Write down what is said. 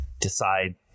decide